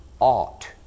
ought